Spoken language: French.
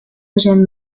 eugène